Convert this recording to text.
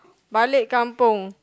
balik kampung